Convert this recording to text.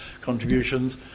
contributions